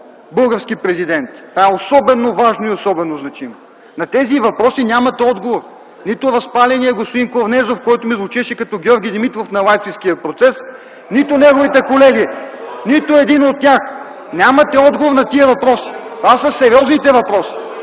български президент, а е особено важно и особено значимо. На тези въпроси нямате отговор – нито разпаленият господин Корнезов, който ми звучеше като Георги Димитров на Лайпцигския процес, нито неговите колеги. (Шум и реплики от КБ.) Нито един от тях! Нямате отговор на тези въпроси. Това са сериозните въпроси!